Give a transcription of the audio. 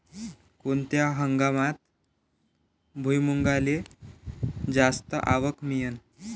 कोनत्या हंगामात भुईमुंगाले जास्त आवक मिळन?